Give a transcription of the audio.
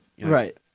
Right